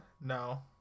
No